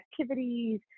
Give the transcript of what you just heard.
activities